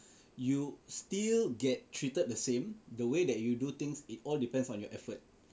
you still get treated the same the way that you do things it all depends on your effort